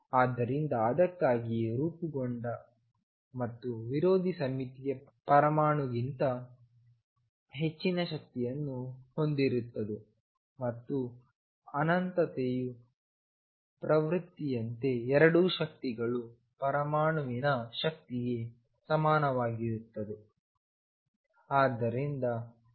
ಆದ್ದರಿಂದ ಅದಕ್ಕಾಗಿಯೇ ರೂಪುಗೊಂಡ ಮತ್ತು ವಿರೋಧಿ ಸಮ್ಮಿತೀಯವು ಪರಮಾಣುಗಿಂತ ಹೆಚ್ಚಿನ ಶಕ್ತಿಯನ್ನು ಹೊಂದಿರುತ್ತದೆ ಮತ್ತು ಅನಂತತೆಯ ಪ್ರವೃತ್ತಿಯಂತೆ ಎರಡೂ ಶಕ್ತಿಗಳು ಪರಮಾಣುವಿನ ಶಕ್ತಿಗೆ ಸಮಾನವಾಗುತ್ತವೆ